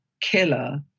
killer